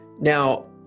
Now